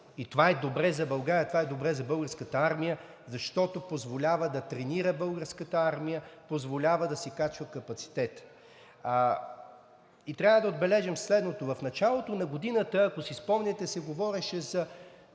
И това е добре за България, това е добре за Българската армия, защото позволява да тренира Българската армия, позволява да си качва капацитета. Трябва да отбележим следното. В началото на годината, както си спомняте, се говореше за